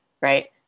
right